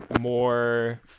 more